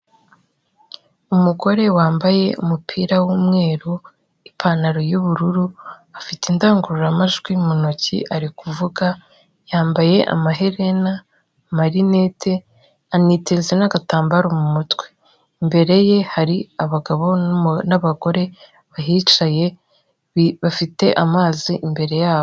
Umugore wambaye umupira w'umweru, ipantaro y'ubururu, afite indangururamajwi mu ntoki ari kuvuga, yambaye amaherena, amarinete, aniteze n'agatambaro mu mutwe. Imbere ye hari abagabo n'abagore bahicaye, bafite amazi imbere yabo.